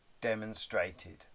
demonstrated